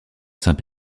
saint